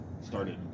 started